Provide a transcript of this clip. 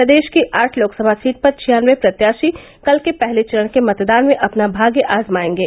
प्रदेश की आठ लोकसभा सीट पर छियानवे प्रत्याशी कल के पहले चरण के मतदान में अपना भाग्य आजमाएंगे